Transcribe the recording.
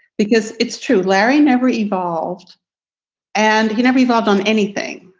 because it's true, larry never evolved and never evolved on anything.